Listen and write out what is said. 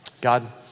God